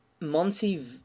Monty